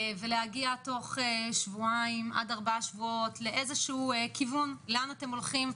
ולהגיע תוך שבועיים עד ארבעה שבועות לאיזשהו כיוון: לאן אתם הולכים,